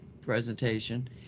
presentation